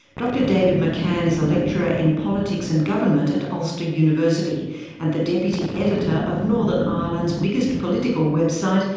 dr david mccann is a lecturer in politics and government at ulster university and the deputy editor of northern ireland's biggest political website,